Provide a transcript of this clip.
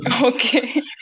Okay